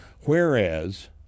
whereas